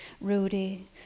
Rudy